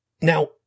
Now